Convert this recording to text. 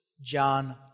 John